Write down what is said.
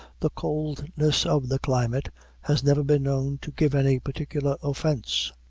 the coldness of the climate has never been known to give any particular offence.